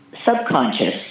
subconscious